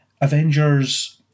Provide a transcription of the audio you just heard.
Avengers